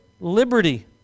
Liberty